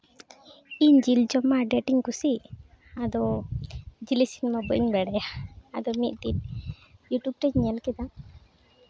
ᱤᱧ ᱡᱤᱞ ᱡᱚᱢ ᱢᱟ ᱟᱹᱰᱤ ᱟᱸᱴᱤᱧ ᱠᱩᱥᱤᱜ ᱟᱫᱚ ᱡᱤᱞ ᱤᱥᱤᱱ ᱢᱟ ᱵᱟᱹᱧ ᱵᱟᱲᱟᱭᱟ ᱟᱫᱚ ᱢᱤᱫ ᱫᱤᱱ ᱤᱭᱩᱴᱩᱵᱽ ᱨᱤᱧ ᱧᱮᱞ ᱠᱮᱫᱟ